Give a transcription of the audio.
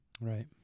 Right